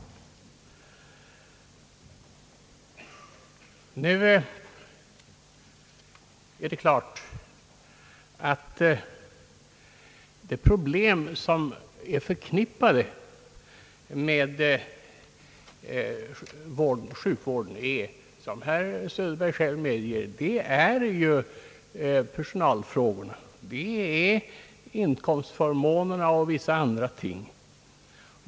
De problem som är förknippade med sjukvården gäller — som herr Söderberg själv medger — personalbristen, inkomstförmånerna och vissa andra ting.